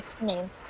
name